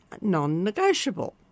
non-negotiable